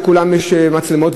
ולכולם יש מצלמות,